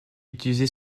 utilisé